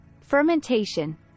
Fermentation